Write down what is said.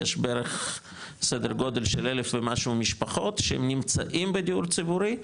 יש בערך סדר גודל של אלף ומשהו משפחות שנמצאים בדיור ציבורי,